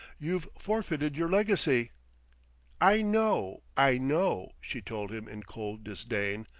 you've forfeited your legacy i know, i know, she told him in cold disdain.